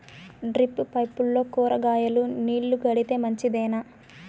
Drip పైపుల్లో కూరగాయలు నీళ్లు కడితే మంచిదేనా?